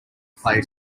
play